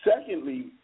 Secondly